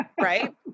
right